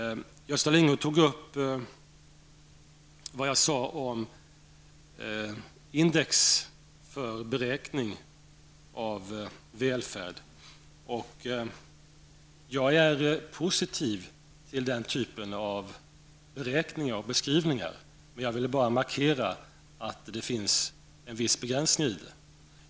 Gösta Lyngå tog upp vad jag sade om index för beräkning av välfärden. Jag är positiv till den typen av beräkning och beskrivning. Jag vill gärna markera att det finns en viss begränsning.